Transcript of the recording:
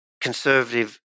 conservative